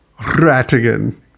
Ratigan